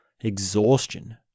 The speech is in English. exhaustion